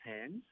hands